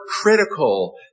critical